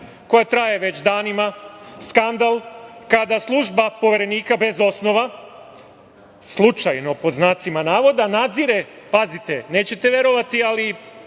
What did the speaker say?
koja traje već danima, skandal, kada služba poverenika bez osnova, slučajno, pod znacima navoda, nadzire, pazite, nećete verovati ali